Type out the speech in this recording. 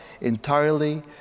entirely